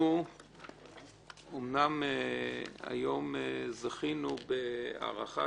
אנחנו אומנם היום זכינו בהארכת